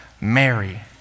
Mary